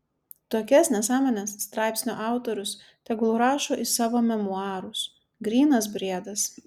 tokias nesąmones straipsnio autorius tegul rašo į savo memuarus grynas briedas